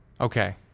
Okay